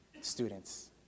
students